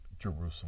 Jerusalem